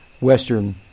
Western